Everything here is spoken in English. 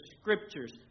scriptures